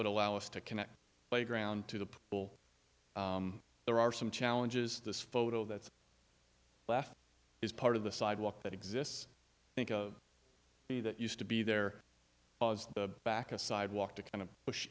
would allow us to connect by ground to the people there are some challenges this photo that's left is part of the sidewalk that exists think of me that used to be there was the back a sidewalk to kind of push